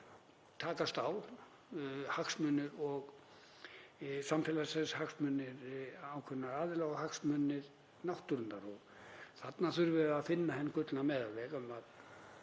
takast á hagsmunir samfélagsins, hagsmunir ákveðinna aðila og hagsmunir náttúrunnar. Þarna þurfum við að finna hinn gullna meðalveg;